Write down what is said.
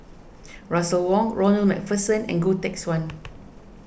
Russel Wong Ronald MacPherson and Goh Teck Swan